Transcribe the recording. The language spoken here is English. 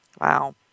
Wow